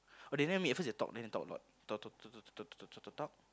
oh they never meet at first they talk then they talk a lot talk talk talk talk talk talk talk talk